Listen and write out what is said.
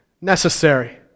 necessary